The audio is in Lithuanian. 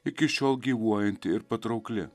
iki šiol gyvuojanti ir patraukli